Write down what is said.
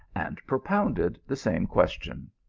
and pio pounded the same question.